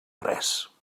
res